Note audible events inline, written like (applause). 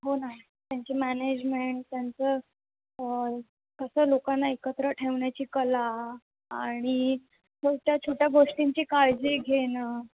हो नाही त्यांची मॅनेजमेंट त्यांचं कसं लोकांना एकत्र ठेवण्याची कला आणि (unintelligible) छोट्या गोष्टींची काळजी घेणं